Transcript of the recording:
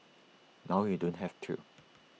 now you don't have to